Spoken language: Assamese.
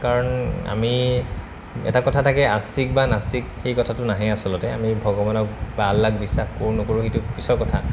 কাৰণ আমি এটা কথা থাকে আাষ্টিক বা নাষ্টিক সেই কথাটো নাহে আচলতে আমি ভগৱানক বা আল্লাক বিশ্বাস কৰো নকৰোঁ সেইটো পিছৰ কথা